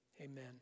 Amen